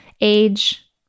age